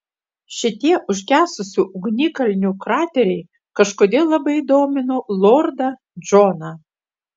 šitie užgesusių ugnikalnių krateriai kažkodėl labai domino lordą džoną